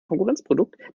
konkurrenzprodukt